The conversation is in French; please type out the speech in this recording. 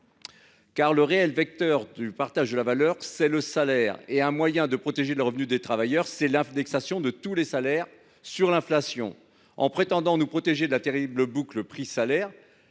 véritable vecteur du partage de la valeur, c’est le salaire. Pour protéger les revenus des travailleurs, il faut indexer tous les salaires sur l’inflation. En prétendant nous protéger de la terrible boucle prix salaires,